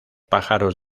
pájaros